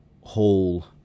whole